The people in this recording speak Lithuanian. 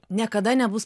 niekada nebus